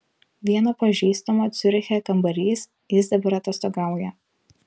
vieno pažįstamo ciuriche kambarys jis dabar atostogauja